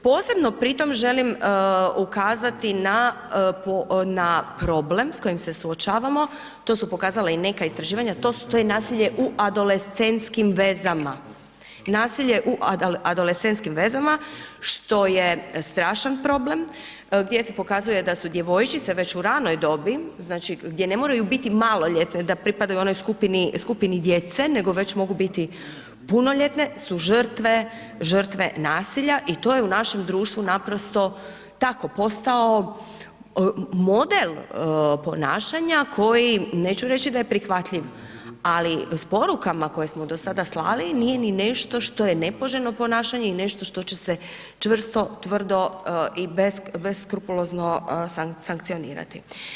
Posebno pri tom želim ukazati na problem s kojim se suočavamo, to su pokazala i neka istraživanja, to je nasilje u adolescentskim vezama što je strašan problem, gdje se pokazuje da su djevojčice već u ranoj dobi, gdje ne moraju biti maloljetne da pripadaju onoj skupini djece nego već mogu biti punoljetne su žrtve nasilja i to je u našem društvu naprosto tako postao model ponašanja koji neću reći da je prihvatljiv, ali s porukama koje smo do sada slali nije ni nešto što je nepoželjno ponašanje i nešto što će se čvrsto, tvrdo i beskrupulozno sankcionirati.